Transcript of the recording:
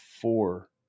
four